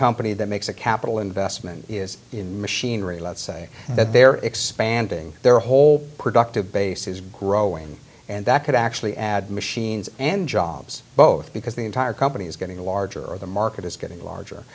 company that makes a capital investment is in machinery let's say that they're expanding their whole productive base is growing and that could actually add machines and jobs both because the entire company is getting larger or the market is getting larger